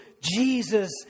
Jesus